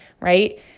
right